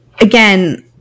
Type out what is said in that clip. again